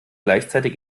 gleichzeitig